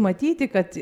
matyti kad